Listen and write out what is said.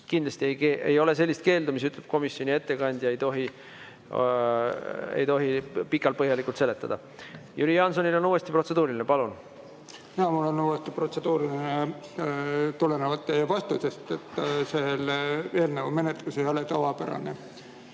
Kindlasti ei ole sellist keeldu, mis ütleb, et komisjoni ettekandja ei tohi pikalt-põhjalikult seletada. Jüri Jaansonil on uuesti protseduuriline. Palun! Jaa, mul on uuesti protseduuriline tulenevalt teie vastusest, et selle eelnõu menetlus ei ole tavapärane.